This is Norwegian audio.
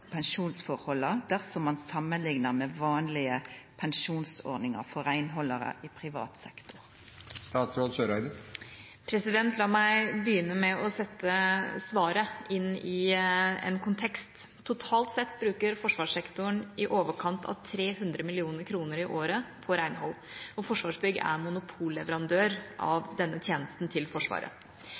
dersom man sammenligner med vanlige pensjonsordninger for reinholdere i privat sektor?» La meg begynne med å sette svaret inn i en kontekst. Totalt sett bruker forsvarssektoren i overkant av 300 mill. kr i året på renhold, og Forsvarsbygg er monopolleverandør av denne tjenesten til Forsvaret.